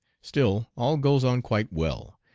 still all goes on quite well.